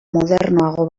modernoago